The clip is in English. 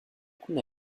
could